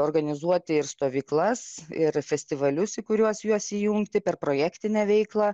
organizuoti ir stovyklas ir festivalius į kuriuos juos įjungti per projektinę veiklą